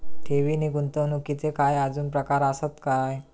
ठेव नी गुंतवणूकचे काय आजुन प्रकार आसत काय?